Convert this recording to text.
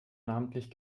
namentlich